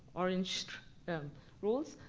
orange rules.